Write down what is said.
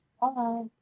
Bye